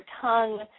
tongue